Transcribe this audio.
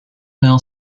mill